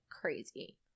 crazy